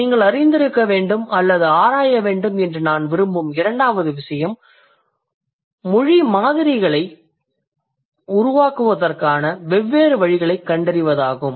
நீங்கள் அறிந்திருக்க வேண்டும் அல்லது ஆராய வேண்டும் என்று நான் விரும்பும் இரண்டாவது விசயம் மொழி மாதிரிகளை உருவாக்குவதற்கான வெவ்வேறு வழிகளைக் கண்டறிவதாகும்